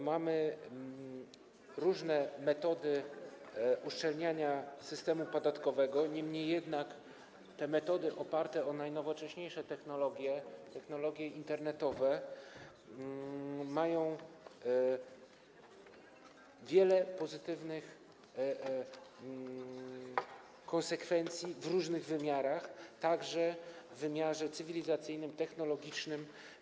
Mamy różne metody uszczelniania systemu podatkowego, niemniej jednak te metody oparte na najnowocześniejszych technologiach, technologiach internetowych, mają wiele pozytywnych konsekwencji w różnych wymiarach, także w wymiarze cywilizacyjnym, technologicznym.